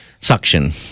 suction